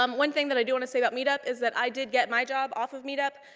um one thing that i do and say about meetup is that i did get my job off of meetup.